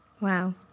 Wow